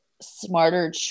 smarter